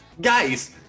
Guys